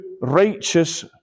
righteous